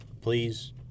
Please